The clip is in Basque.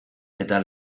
eta